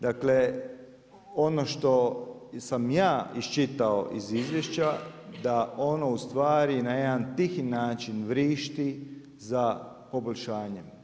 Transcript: Dakle, ono što sam ja iščitao iz izvješća, da ono u stvari na jedan tihi način vrišti za poboljšanjem.